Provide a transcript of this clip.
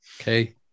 okay